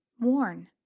worn,